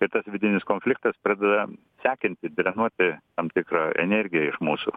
ir tas vidinis konfliktas pradeda sekinti drenuoti tam tikrą energiją iš mūsų